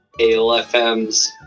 ALFM's